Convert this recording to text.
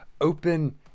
open